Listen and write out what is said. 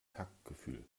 taktgefühl